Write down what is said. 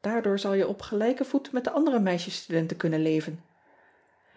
aardoor zal je op gelijken voet met de andere meisjes studenten kunnen leven